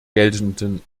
geltenden